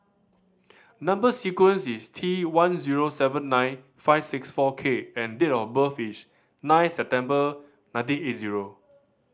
number sequence is T one zero seven nine five six four K and date of birth is nine September nineteen eight zero